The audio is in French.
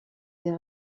des